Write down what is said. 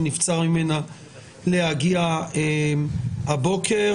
שנבצר ממנה להגיע הבוקר,